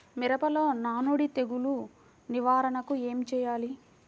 మిరపలో నానుడి తెగులు నివారణకు ఏమి చేయాలి?